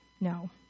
No